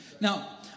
Now